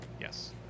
Yes